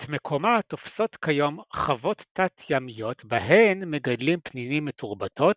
את מקומה תופסות כיום חוות תת-ימיות בהן מגדלים פנינים מתורבתות,